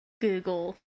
google